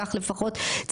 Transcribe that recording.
כך לפחות,